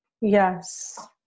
Yes